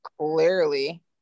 Clearly